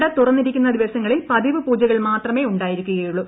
നട തുറന്നിരിക്കുന്ന ദിവസങ്ങളിൽ പതിവ് പൂജകൾ മാത്രമേ ഉണ്ടായിരിക്കുകയുള്ളൂ